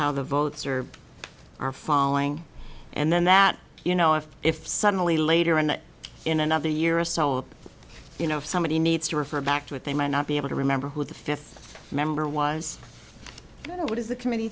how the votes are are following and then that you know if if sudden later on in another year or so up you know if somebody needs to refer back to it they might not be able to remember who the fifth member was or what is the committee